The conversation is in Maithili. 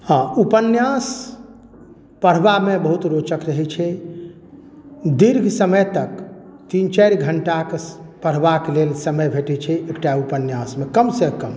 हँ उपन्यास पढ़बामे बहुत रोचक रहैत छै दीर्घ समयमे तीन चारि घण्टाके पढ़बाके लेल समय भेटैत छै एकटा उपन्यासमे कमसँ कम